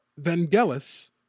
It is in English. Vangelis